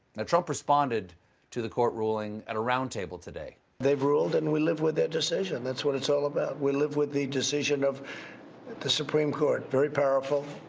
ah trump responded to the court ruling at a roundtable today. they've ruled and we live with their decision. that's what it's all about. we live with the decision of the supreme court. very powerful,